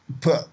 put